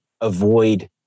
avoid